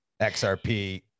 XRP